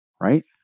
Right